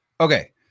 Okay